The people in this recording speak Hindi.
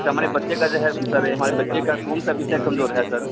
जैसे हमारे बच्चे का जो है सर ये हमारे बच्चे का कौन सा विषय कमजोर है सर